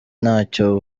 ntacyo